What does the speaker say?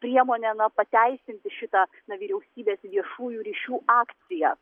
priemonė na pateisinti šitą na vyriausybės viešųjų ryšių akciją